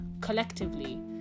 collectively